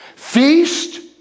Feast